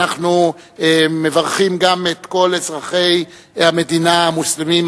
אנחנו מברכים גם את כל אזרחי המדינה המוסלמים,